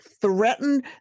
Threaten